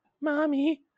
mommy